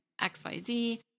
XYZ